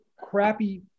crappy